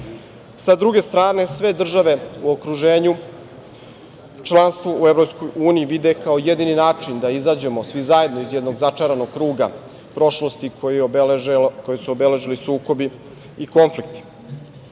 druge strane sve države u okruženju članstvo u EU vide kao jedini način da izađemo svi zajedno iz jednog začaranog kruga prošlosti koji su obeležili sukobi i konflikti. Ne